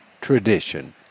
tradition